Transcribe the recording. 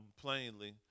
plainly